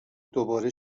دوباره